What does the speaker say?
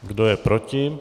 Kdo je proti?